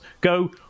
go